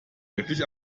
wirklich